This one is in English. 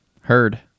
Heard